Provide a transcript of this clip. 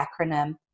acronym